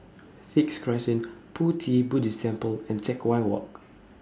Sixth Crescent Pu Ti Buddhist Temple and Teck Whye Walk